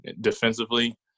defensively